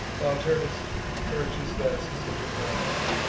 while turnus urges thus his enterprise,